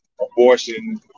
abortion